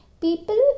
people